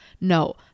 No